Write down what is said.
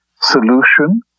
solution